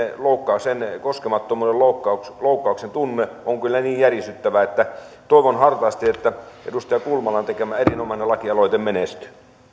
se koskemattomuuden loukkaamisen loukkaamisen tunne on kyllä niin järisyttävä että toivon hartaasti että edustaja kulmalan tekemä erinomainen lakialoite menestyy